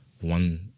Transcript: one